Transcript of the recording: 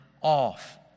off